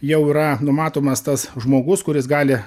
jau yra numatomas tas žmogus kuris gali